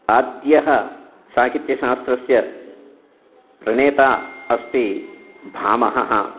आद्यः साहित्यशास्त्रस्य प्रणेता अस्ति भामहः